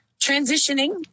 transitioning